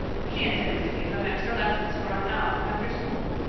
she intends to give them extra lessons for an hour after school.